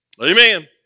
Amen